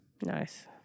Nice